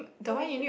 uh we could